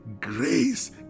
grace